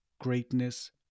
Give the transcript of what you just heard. greatness